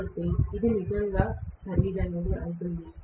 కాబట్టి ఇది నిజంగా ఖరీదైనది అవుతుంది